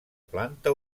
planta